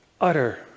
utter